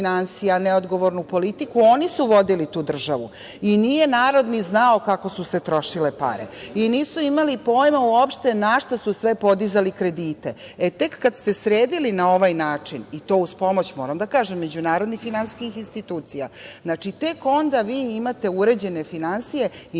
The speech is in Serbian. neodgovornu politiku, oni su vodili tu državu i nije narod ni znao kako su se trošile pare. Nisu imali pojma uopšte na šta su sve podizali kredite. E, tek kad ste sredili na ovaj način, i to uz pomoć, moram da kažem, međunarodnih finansijskih institucija, znači tek onda vi imate uređene finansije i